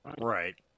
Right